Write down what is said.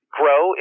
grow